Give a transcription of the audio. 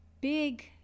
big